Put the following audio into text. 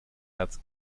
herz